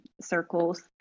circles